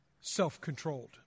self-controlled